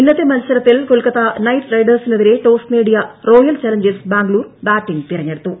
ഇന്നത്ത് മത്സരത്തിൽ കൊൽക്കത്ത നൈറ്റ് റൈഡേഴ്സിനെതിരെ ടോസ് നേടിയ റോയൽ ചലഞ്ചേഴ്സ് ബാംഗ്ലൂർ ബാറ്റിംഗ് തെരഞ്ഞെടുത്തു